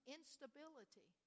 Instability